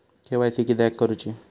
KYC किदयाक करूची?